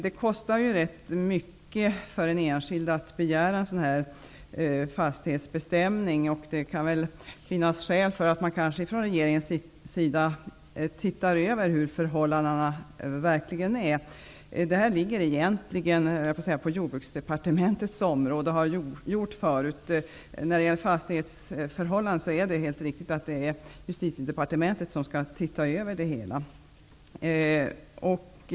Det kostar rätt mycket för en enskild att begära en sådan fastighetsbestämning, och det kan kanske finnas skäl att från regeringens sida se över dessa förhållanden. Dessa frågor har tidigare legat inom Jordbruksdepartementets område, men när det gäller fastighetsförhållandena är det Justitiedepartementet som skall svara för översynen.